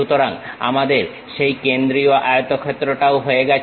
সুতরাং আমাদের সেই কেন্দ্রীয় আয়তক্ষেত্রটাও হয়ে গেছে